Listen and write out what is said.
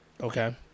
Okay